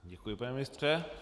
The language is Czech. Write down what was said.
Děkuji, pane ministře.